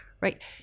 right